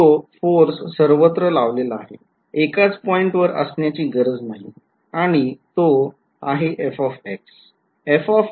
तो फोर्स सर्वत्र लावलेला आहे एकाच पॉईंट वर असण्याची गरज नाही आणि तो आहे f